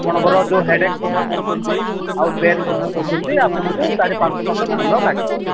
ଆପଣଙ୍କର ଯୋଉ ହେଡେକ୍ କଥା କହୁଛନ୍ତି ଆଉ ପେନ୍ କଥା କହୁଛନ୍ତି ଆପଣଙ୍କୁ ଚାରି ପାଞ୍ଚ ମାସ ସମୟ ଲାଗିବ